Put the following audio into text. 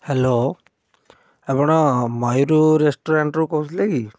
hello ଆପଣ ମୟୂରୁ ରେଷ୍ଟୁରାଣ୍ଟ୍ରୁ କହୁଥିଲେ କି